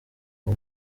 uwo